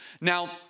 Now